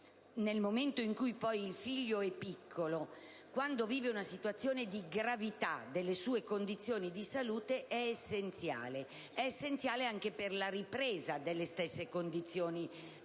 nel momento in cui il figlio è piccolo, quando vive una situazione di gravità delle sue condizioni di salute, è essenziale, anche per la ripresa delle condizioni stesse.